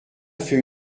fait